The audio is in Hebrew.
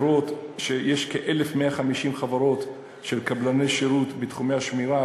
יש כ-1,150 חברות של קבלני שירות בתחומי השמירה,